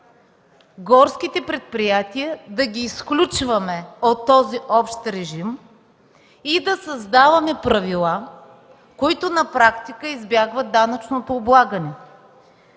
горските предприятия да ги изключваме от този общ режим и да създаваме правила, които на практика избягват данъчното облагане.